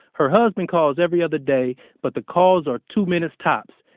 her husband calls every other day, but the calls are two minutes tops.